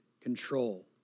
control